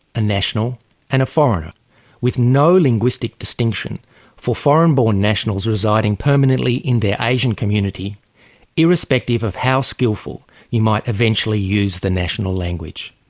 a national and a foreigner with no linguistic distinction for foreign born nationals residing permanently in their asian community irrespective of how skillful you might eventually use the national language.